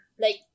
like-